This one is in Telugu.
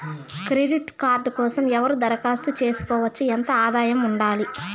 క్రెడిట్ కార్డు కోసం ఎవరు దరఖాస్తు చేసుకోవచ్చు? ఎంత ఆదాయం ఉండాలి?